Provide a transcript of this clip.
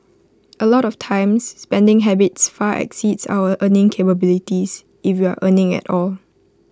A lot of times spending habits far exceeds our earning capabilities if we're earning at all